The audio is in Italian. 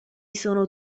sono